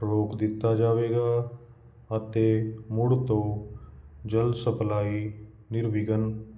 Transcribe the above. ਰੋਕ ਦਿੱਤਾ ਜਾਵੇਗਾ ਅਤੇ ਮੁੜ ਤੋਂ ਜਲ ਸਪਲਾਈ ਨਿਰਵਿਘਨ